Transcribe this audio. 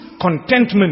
contentment